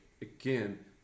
again